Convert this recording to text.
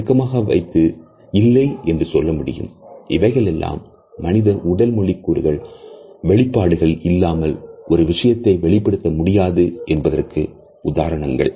இவைகளெல்லாம் மனிதர்கள் உடல் மொழி கூறுகள் வெளிப்பாடுகள் இல்லாமல் ஒரு விஷயத்தை வெளிப்படுத்த முடியாது என்பதற்கான உதாரணங்கள்